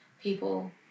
people